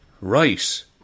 Right